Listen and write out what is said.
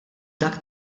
dak